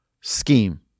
scheme